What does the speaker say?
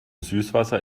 süßwasser